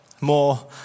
more